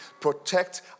protect